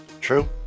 true